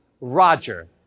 Roger